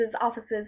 offices